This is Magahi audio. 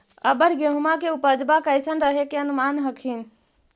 अबर गेहुमा के उपजबा कैसन रहे के अनुमान हखिन?